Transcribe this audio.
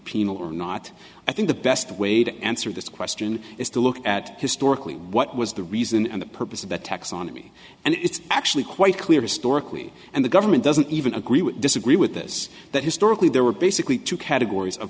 penal or not i think the best way to answer this question is to look at historically what was the reason and the purpose of the taxonomy and it's actually quite clear historically and the government doesn't even agree we disagree with this that historically there were basically two categories